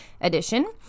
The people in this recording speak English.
edition